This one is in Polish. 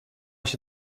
się